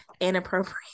inappropriate